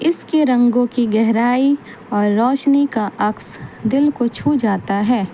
اس کے رنگوں کی گہرائی اور روشنی کا عکس دل کو چھو جاتا ہے